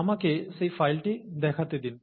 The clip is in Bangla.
আমাকে সেই ফাইলটি দেখাতে দিন